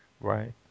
Right